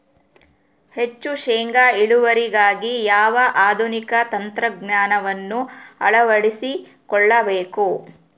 ಹೆಚ್ಚು ಶೇಂಗಾ ಇಳುವರಿಗಾಗಿ ಯಾವ ಆಧುನಿಕ ತಂತ್ರಜ್ಞಾನವನ್ನು ಅಳವಡಿಸಿಕೊಳ್ಳಬೇಕು?